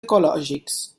ecològics